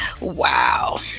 Wow